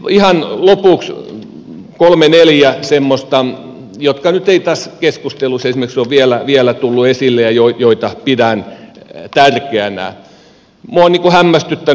sitten ihan lopuksi kolme neljä semmoista asiaa jotka eivät esimerkiksi tässä keskustelussa ole vielä tulleet esille ja joita pidän tärkeinä